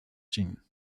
zien